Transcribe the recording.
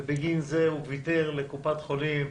ובגין זה הוא ויתר לקופת חולים.